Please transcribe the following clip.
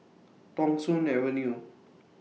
Thong Soon Avenue